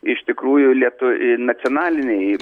iš tikrųjų lietu e nacionaliniai